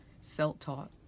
self-taught